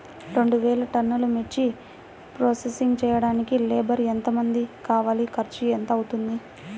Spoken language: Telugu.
రెండు వేలు టన్నుల మిర్చి ప్రోసెసింగ్ చేయడానికి లేబర్ ఎంతమంది కావాలి, ఖర్చు ఎంత అవుతుంది?